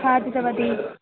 खादितवती